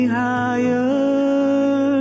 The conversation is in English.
higher